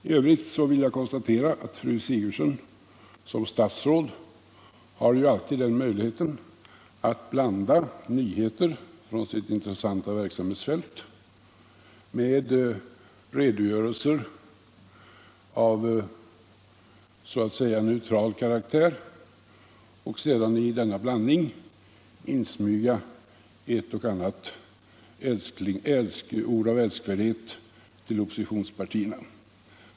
I övrigt vill jag konstatera att fru Sigurdsen som statsråd ju alltid har den möjligheten att blanda nyheter från sitt intressanta verksamhetsfält med redogörelser av så att säga neutral karaktär och sedan i denna blandning insmyga ett och annat ord av älskvärdhet till oppositionspartierna.